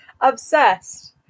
Obsessed